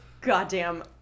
goddamn